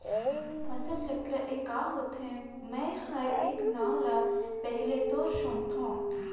फसल चक्र ए क होथे? मै हर ए नांव ल पहिले तोर सुनथों